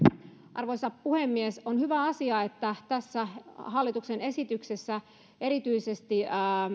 arvoisa puhemies on hyvä asia että tässä hallituksen esityksessä erityisesti